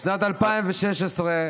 בשנת 2016,